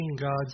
God's